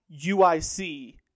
UIC